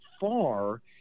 far